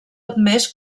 admès